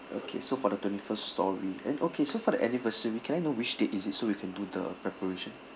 okay so for the twenty-first storey and okay so for the anniversary can I know which date is it so we can do the preparation